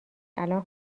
الان